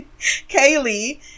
Kaylee